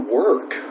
work